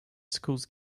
schools